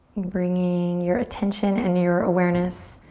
bringing your attention and your awareness